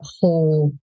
whole